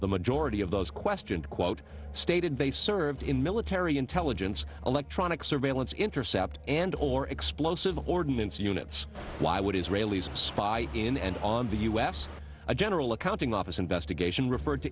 the majority of those questioned quote stated they served in military intelligence electronic surveillance intercept and or explosive ordinance units why would israelis spy in and on the u s general accounting office investigation referred to